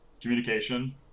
communication